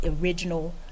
original